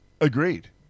Agreed